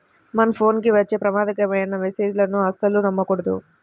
మన ఫోన్ కి వచ్చే ప్రమాదకరమైన మెస్సేజులను అస్సలు నమ్మకూడదు